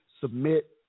submit